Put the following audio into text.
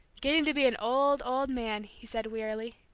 getting to be an old, old man! he said wearily,